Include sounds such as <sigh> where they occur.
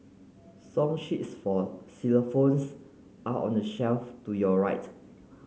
song sheets for <unintelligible> are on the shelf to your right